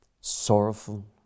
sorrowful